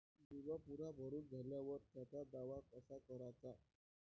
बिमा पुरा भरून झाल्यावर त्याचा दावा कसा कराचा?